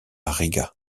riga